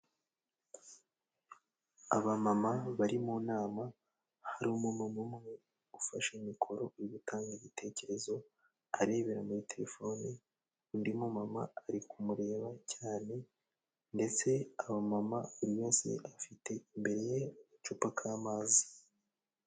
Aba mama bari mu nama, hari umumama umwe ufashe mikoro uri gutanga igitekerezo arebera muri telefone, undi mumama ari kumureba cyane, ndetse abamama buri wese afite imbere ye agacupa k'amazi.